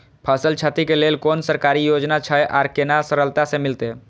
फसल छति के लेल कुन सरकारी योजना छै आर केना सरलता से मिलते?